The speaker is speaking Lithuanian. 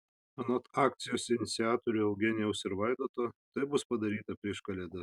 anot akcijos iniciatorių eugenijaus ir vaidoto tai bus padaryta prieš kalėdas